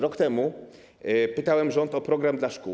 Rok temu pytałem rząd o program dla szkół.